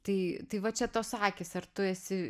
tai tai va čia tos akys ar tu esi